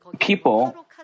People